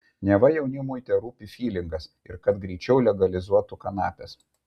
neva jaunimui terūpi fylingas ir kad greičiau legalizuotų kanapes